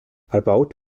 erbaut